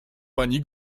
pani